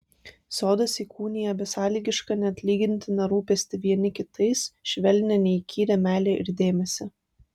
sodas įkūnija besąlygišką neatlygintiną rūpestį vieni kitais švelnią neįkyrią meilę ir dėmesį